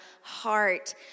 heart